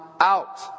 out